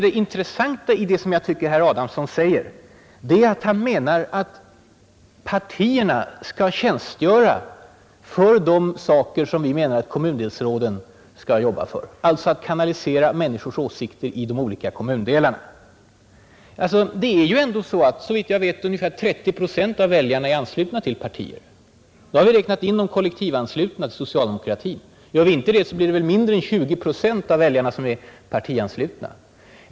Det intressanta i det som herr Adamsson säger är att han anser att enbart partierna skall utföra de saker som vi menar att också kommundelsråden skall jobba för, alltså att kanalisera människors åsikter i de olika kommundelarna. Det är ju ändå såvitt jag vet så att ungefär 30 procent av väljarna är anslutna till partier. Då har vi räknat in de kollektivanslutna bland socialdemokraterna. Gör vi inte det, är väl mindre än 20 procent av väljarna medlemmar av något parti.